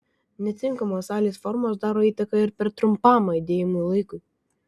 netinkamos salės formos daro įtaką ir per trumpam aidėjimo laikui